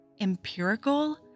empirical